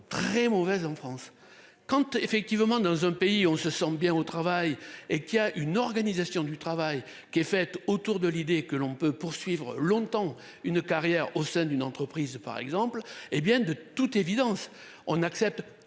Très mauvaise en France quand effectivement dans un pays, on se sent bien au travail et qui a une organisation du travail qui est fait autour de l'idée que l'on peut poursuivre longtemps une carrière au sein d'une entreprise par exemple, hé bien de toute évidence on accepte